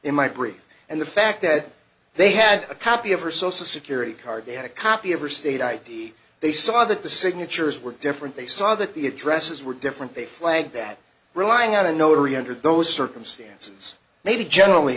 group and the fact that they had a copy of her social security card they had a copy of her state id they saw that the signatures were different they saw that the addresses were different a flag that relying on a notary under those circumstances may be generally